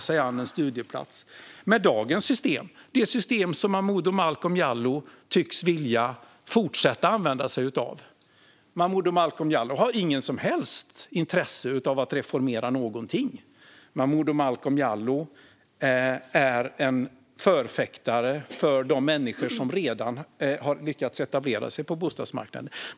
Så är det med dagens system, det system som Momodou Malcolm Jallow tycks vilja fortsätta använda. Momodou Malcolm Jallow har inget som helst intresse av att reformera någonting. Momodou Malcolm Jallow är en förkämpe för de människor som redan har lyckats etablera sig på bostadsmarknaden.